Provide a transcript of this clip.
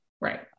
Right